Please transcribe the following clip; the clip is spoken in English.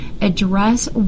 address